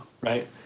right